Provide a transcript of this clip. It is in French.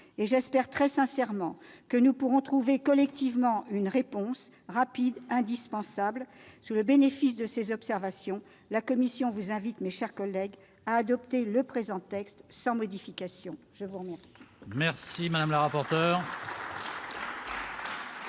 J'espère sincèrement que nous pourrons trouver collectivement une réponse rapide. C'est indispensable. Sous le bénéfice de ses observations, la commission vous invite, mes chers collègues, à adopter le présent texte sans modification. La parole